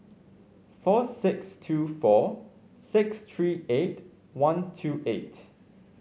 four six two four six three eight one two eight